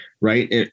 right